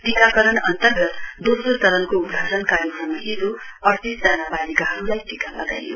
टीकाकरण अन्तर्गत दोस्रो चरणको उद्घाटन कार्यक्रममा हिजो उड़तीस जना वालिकाहरूलाई टीका लगाइयो